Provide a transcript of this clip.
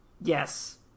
Yes